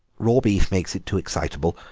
raw beef makes it too excitable.